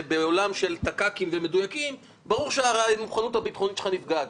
בעולם של תק"קים ומדויקים ברור שהמוכנות הביטחונית שלך נפגעת.